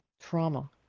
trauma